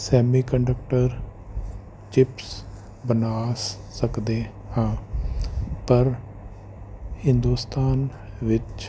semi conductor chips ਬਣਾ ਸਕਦੇ ਹਾਂ ਪਰ ਹਿੰਦੁਸਤਾਨ ਵਿੱਚ